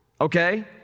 Okay